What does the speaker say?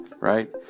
right